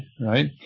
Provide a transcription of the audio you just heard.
right